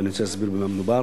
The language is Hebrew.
ואני רוצה להסביר במה מדובר.